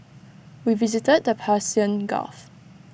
we visited the Persian gulf